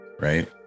Right